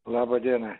laba diena